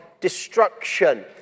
destruction